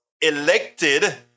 elected